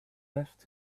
left